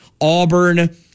Auburn